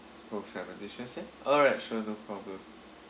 oh seven dishes ya alright sure no problem